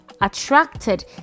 attracted